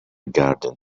garden